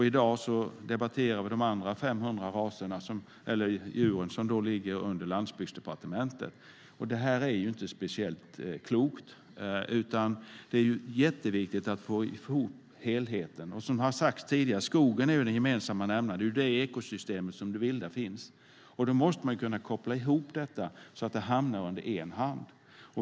I dag debatterar vi de andra 500 djuren som ligger under Landsbygdsdepartementet. Det här är inte speciellt klokt, utan det är jätteviktigt att få ihop helheten. Som har sagts tidigare är skogen den gemensamma nämnaren. Det är ju i det ekosystemet som det vilda finns. Då måste man kunna koppla ihop detta så att det hamnar under en hand.